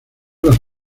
las